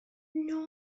nor